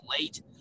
late